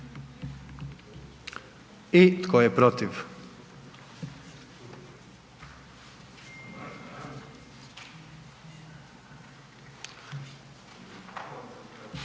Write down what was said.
I tko je protiv?